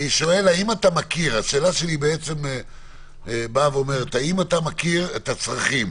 האם אתה מכיר את הצרכים?